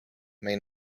may